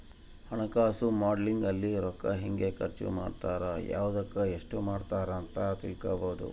ಹಣಕಾಸು ಮಾಡೆಲಿಂಗ್ ಅಲ್ಲಿ ರೂಕ್ಕ ಹೆಂಗ ಖರ್ಚ ಮಾಡ್ತಾರ ಯವ್ದುಕ್ ಎಸ್ಟ ಮಾಡ್ತಾರ ಅಂತ ತಿಳ್ಕೊಬೊದು